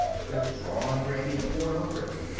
with drawn gravey poured over it.